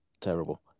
terrible